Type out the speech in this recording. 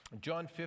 john